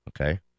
Okay